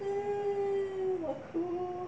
oh cool